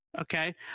okay